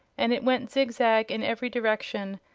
and it went zig-zag in every direction,